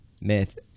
Myth